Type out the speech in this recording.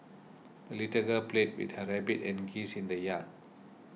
the little girl played with her rabbit and geese in the yard